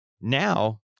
now